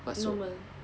normal